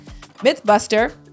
MythBuster